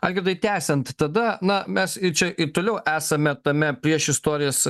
algirdai tęsiant tada na mes ir čia ir toliau esame tame priešistorės